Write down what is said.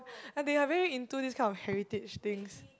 they are very into these kind of heritage things